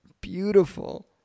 beautiful